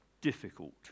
difficult